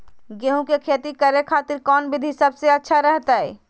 गेहूं के खेती करे खातिर कौन विधि सबसे अच्छा रहतय?